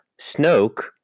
Snoke